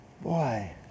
boy